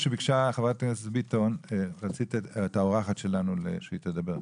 חברת הכנסת ביטון ביקשה שהאורחת שלנו תדבר.